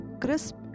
crisp